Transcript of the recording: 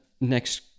next